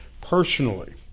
personally